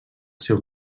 seu